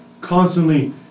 constantly